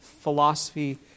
philosophy